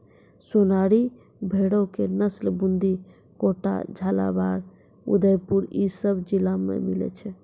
सोनारी भेड़ो के नस्ल बूंदी, कोटा, झालाबाड़, उदयपुर इ सभ जिला मे मिलै छै